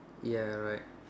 ya right